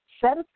Set